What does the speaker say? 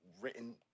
written